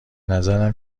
نظرم